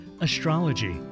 astrology